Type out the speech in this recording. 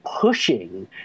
pushing